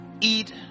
eat